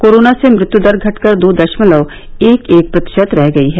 corona से मृत्यु दर घटकर दो दशमलव एक एक प्रतिशत रह गई है